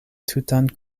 tutan